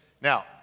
Now